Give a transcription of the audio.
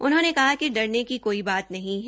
उन्होंने कहा कि डरने की कोई बात नहीं है